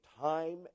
time